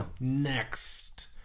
next